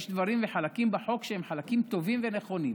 יש דברים וחלקים בחוק שהם חלקים טובים ונכונים.